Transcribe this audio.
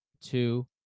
two